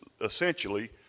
essentially